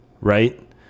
right